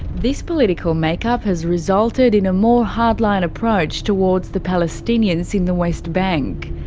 this political makeup has resulted in a more hardline approach towards the palestinians in the west bank.